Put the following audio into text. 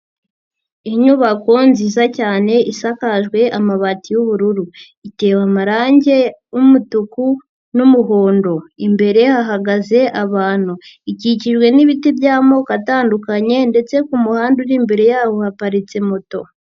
Inyubako nziza cyane isakajwe amabati y'ubururu. Itewe amarangi umutuku n'umuhondo. Imbere hahagaze abantu, ikikijwe n'ibiti by'amoko atandukanye, ndetse ku muhanda uri imbere yawo haparitse moto.